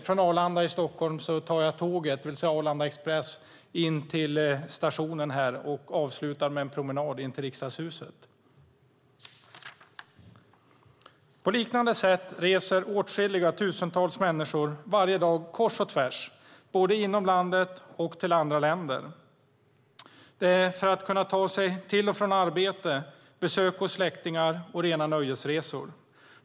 Från Arlanda tar jag tåget, det vill säga Arlanda Express, in till stationen här i Stockholm och avslutar med en promenad in till Riksdagshuset. På liknande sätt reser åtskilliga tusentals människor varje dag kors och tvärs, både inom landet och till andra länder, för att kunna ta sig till och från arbete, för besök hos släktingar och för rena nöjesresor.